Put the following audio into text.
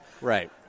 Right